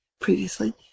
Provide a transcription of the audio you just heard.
previously